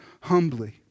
humbly